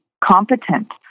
competent